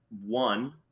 one